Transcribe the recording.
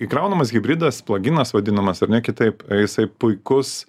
įkraunamas hibridas plag inas vadinamas ar ne kitaip jisai puikus